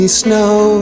snow